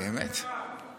אתה יודע מה, נצביע בעד.